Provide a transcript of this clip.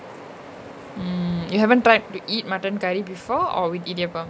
mm you haven't tried to eat mutton curry before or with idiyappam